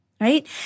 Right